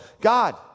God